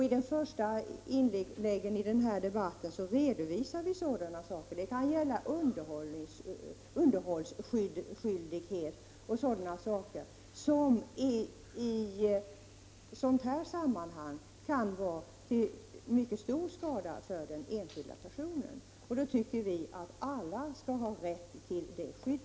I de första inläggen i denna debatt redovisade vi sådana saker. Det kan t.ex. gälla underhållsskyldighet som i ett sådant här sammanhang kan vålla mycket stor skada för den enskilda personen. Vi tycker att alla skall ha rätt till sekretesskydd.